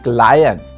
lion